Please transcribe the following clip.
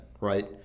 right